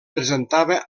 presentava